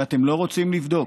ואתם לא רוצים לבדוק.